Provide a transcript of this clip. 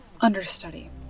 Understudy